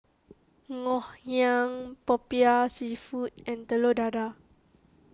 Ngoh Hiang Popiah Seafood and Telur Dadah